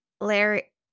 Larry